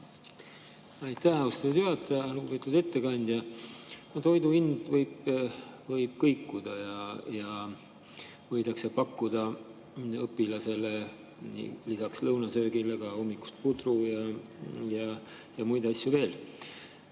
Aitäh, austatud juhataja! Lugupeetud ettekandja! Toidu hind võib kõikuda ja võidakse pakkuda õpilasele lisaks lõunasöögile hommikust putru ja muid asju veel.